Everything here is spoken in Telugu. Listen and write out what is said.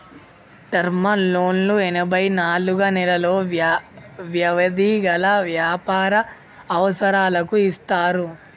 టర్మ్ లోన్లు ఎనభై నాలుగు నెలలు వ్యవధి గల వ్యాపార అవసరాలకు ఇస్తారు